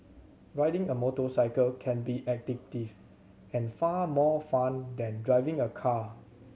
riding a motorcycle can be addictive and far more fun than driving a car